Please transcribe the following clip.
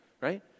right